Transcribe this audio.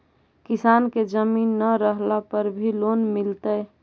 किसान के जमीन न रहला पर भी लोन मिलतइ?